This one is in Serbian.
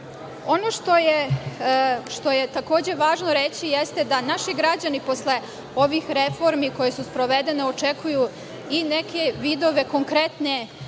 Ono što je, takođe, važno reći, jeste da naši građani posle ovih reformi, koje su sprovedene, očekuju i neke vidove konkretnih